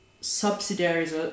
subsidiaries